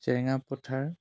Jerenga Pathar